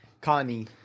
Connie